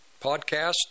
Podcast